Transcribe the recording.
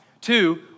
Two